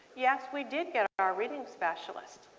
yes, we did get our reading specialist.